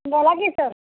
बोला की सर